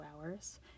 hours